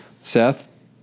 Seth